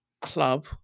club